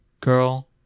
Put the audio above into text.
girl